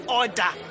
order